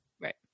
Right